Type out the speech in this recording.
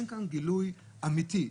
אין כאן גילוי אמיתי.